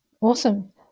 awesome